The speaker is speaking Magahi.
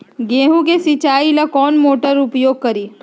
गेंहू के सिंचाई ला कौन मोटर उपयोग करी?